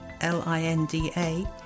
L-I-N-D-A